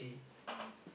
yeah